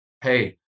Hey